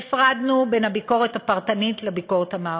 הפרדנו בין הביקורת הפרטנית לביקורת המערכתית.